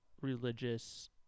religious